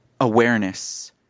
awareness